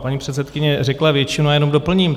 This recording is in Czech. Paní předsedkyně řekla většinu, já jenom doplním.